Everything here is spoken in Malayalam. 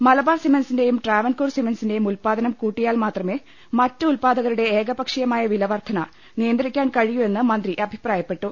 മലബാർ സിമന്റ് സിന്റെയും ട്രാവൻകൂർ സിമന്റ് സി ന്റെയും ഉല്പാദനം കൂട്ടിയാൽ മാത്രമേ മറ്റ് ഉല്പാദകരുടെ ഏകപക്ഷീയമായ വില വർദ്ധന നിയന്ത്രിക്കാൻ കഴിയൂ എന്ന് മന്ത്രി അഭിപ്രായപ്പെട്ടു